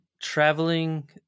traveling